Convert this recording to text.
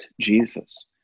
Jesus